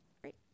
Great